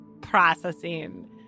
processing